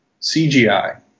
CGI